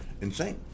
insane